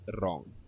wrong